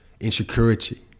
insecurity